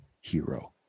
Hero